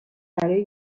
برای